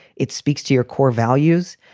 it speaks to your core values.